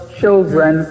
children